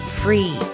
free